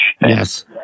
Yes